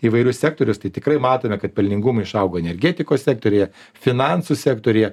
įvairius sektorius tai tikrai matome kad pelningumai išaugo energetikos sektoriuje finansų sektoriuje